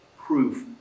proof